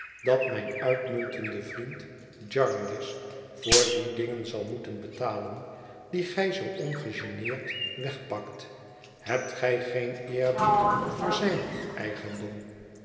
dat mijn uitmuntende vriend jarndyce voor die din gen zal moeten betalen die gij zoo ongegeneerd wegpakt hebt gij geen eerbied voor z ij n eigendom